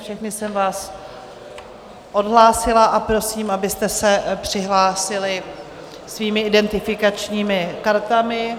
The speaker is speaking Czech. Všechny jsem vás odhlásila a prosím, abyste se přihlásili svými identifikačními kartami.